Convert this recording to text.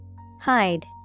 Hide